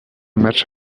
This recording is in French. match